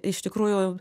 iš tikrųjų